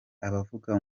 abava